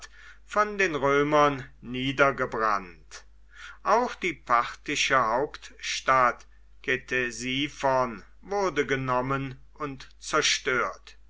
von den römern niedergebrannt auch die parthische hauptstadt ktesiphon wurde genommen und zerstört